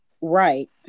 Right